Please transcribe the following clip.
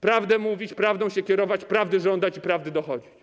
Prawdę mówić, prawdą się kierować, prawdy żądać i prawdy dochodzić.